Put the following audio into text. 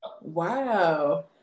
Wow